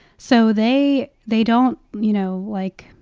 so they they don't, you know, like,